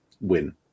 win